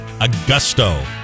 Augusto